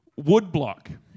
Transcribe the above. woodblock